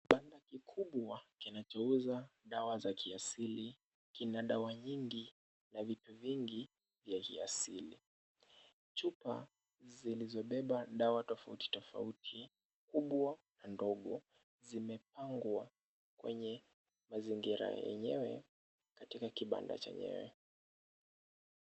Kibanda kikubwa kinachouza dawa za kiasili. Kina dawa nyingi na vitu vingi vya kiasili. Chupa zilizobeba dawa tofauti tofauti, kubwa na ndogo zimepangwa kwenye mazingira yenyewe katika kibanda chenyewe.